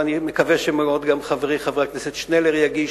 ואני מקווה מאוד שגם חברי חבר הכנסת שנלר יגיש.